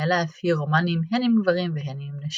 ניהלה אף היא רומנים הן עם גברים והן עם נשים.